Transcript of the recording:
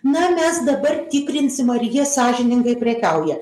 na mes dabar tikrinsim ar jie sąžiningai prekiauja